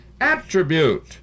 attribute